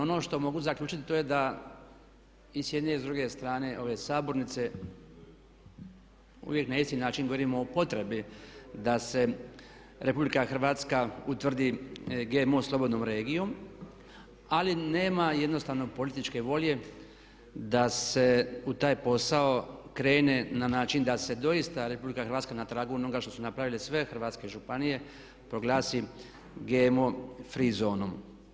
No, ono što mogu zaključiti, to je da i s jedne i s druge strane ove sabornice uvijek na isti način govorimo o potrebi da se RH utvrdi GMO slobodnom regijom ali nema jednostavno političke volje da se u taj posao krene na način da se doista RH na tragu onoga što su napravile sve hrvatske županije proglasi GMO free zonom.